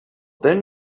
then